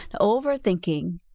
Overthinking